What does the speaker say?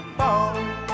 falling